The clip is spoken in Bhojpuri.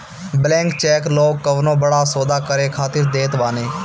ब्लैंक चेक लोग कवनो बड़ा सौदा करे खातिर देत बाने